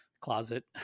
closet